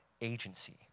agency